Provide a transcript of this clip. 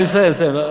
אני מסיים, מסיים.